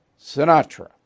Sinatra